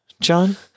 John